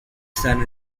son